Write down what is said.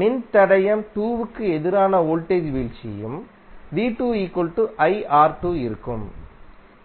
மின்தடையம் 2 க்கு எதிரான வோல்டேஜ் வீழ்ச்சியும் இருக்கும்